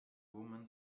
woman